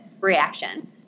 reaction